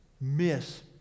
miss